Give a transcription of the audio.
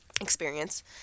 experience